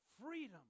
freedom